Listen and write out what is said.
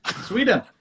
sweden